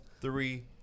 three